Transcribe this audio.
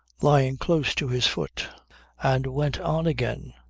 lying close to his foot and went on again.